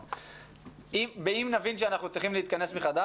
אם נבין שאנחנו צריכים להתכנס שוב,